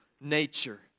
nature